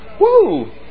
Woo